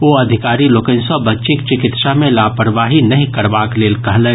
ओ अधिकारी लोकनि सँ बच्चीक चिकित्सा मे लापरवाही नहि करबाक लेल कहलनि